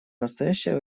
настоящее